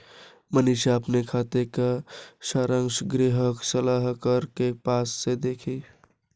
मनीषा अपने खाते का सारांश ग्राहक सलाहकार के पास से देखी